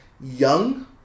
young